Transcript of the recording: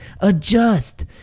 Adjust